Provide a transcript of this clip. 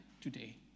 today